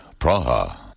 Praha